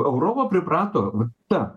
europa priprato va ta